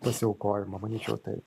pasiaukojimo manyčiau taip